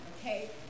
okay